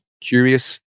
curious